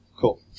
cool